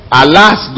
alas